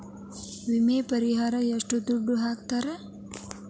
ವಿಮೆ ಪರಿಹಾರ ಎಷ್ಟ ದುಡ್ಡ ಕೊಡ್ತಾರ?